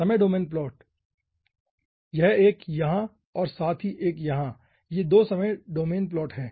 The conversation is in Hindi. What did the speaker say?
समय डोमेन प्लॉट यह एक यहाँ और साथ ही यह एक यहाँ ये दो समय डोमेन प्लॉट है